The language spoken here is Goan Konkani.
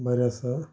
बरें आसा